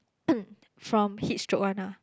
from heat stroke one ah